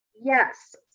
Yes